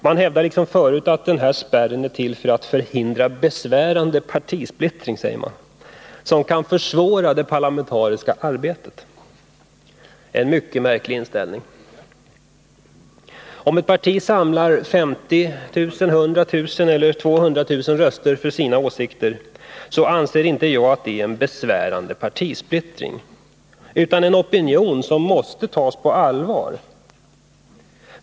Man hävdar liksom förut att den här spärren är till för att förhindra ”besvärande partisplittring”, som kan försvåra det parlamentariska arbetet — en mycket märklig inställning. Om ett parti samlar 50 000, 100 000 eller 200 000 röster för sina åsikter, anser inte jag att det är uttryck för en besvärande partisplittring, utan en opinion som måste tas på allvar.